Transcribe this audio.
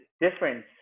difference